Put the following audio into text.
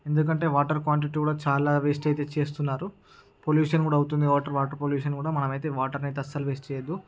ఎందుకంటే water quantity కూడా చాలా వేస్ట్ అయితే చేస్తున్నారు పొల్యూషన్ కూడా అవుతుంది వాటర్ వాటర్ పొల్యూషన్ కూడా మనమైతే వాటర్ నైతే అస్సలు వేస్ట్ చేయొద్దు